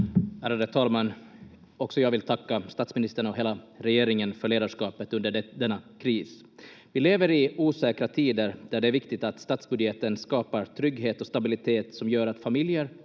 Ärade talman! Också jag vill tacka statsministern och hela regeringen för ledarskapet under denna kris. Vi lever i osäkra tider där det är viktigt att statsbudgeten skapar trygghet och stabilitet, som gör att familjer